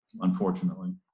unfortunately